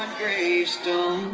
um gravestone.